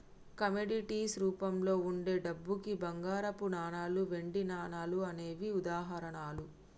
commodities రూపంలో వుండే డబ్బుకి బంగారపు నాణాలు, వెండి నాణాలు అనేవే ఉదాహరణలు